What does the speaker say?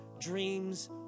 dreams